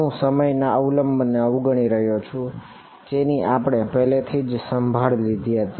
હું સમયના અવલંબનને અવગણી રહ્યો છું જેની આપણે પહેલેથીજ સંભાળ લીધી છે